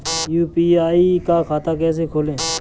UPI का खाता कैसे खोलें?